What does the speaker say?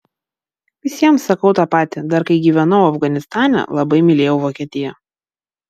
visiems sakau tą patį dar kai gyvenau afganistane labai mylėjau vokietiją